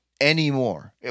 anymore